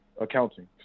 Accounting